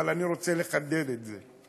אבל אני רוצה לחדד את זה.